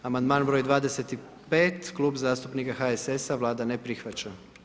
Amandman broj 25., Klub zastupnika HSS-a, Vlada ne prihvaća.